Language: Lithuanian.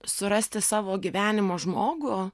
surasti savo gyvenimo žmogų